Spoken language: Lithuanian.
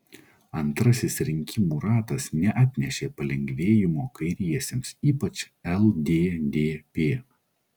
antrasis rinkimų ratas neatnešė palengvėjimo kairiesiems ypač lddp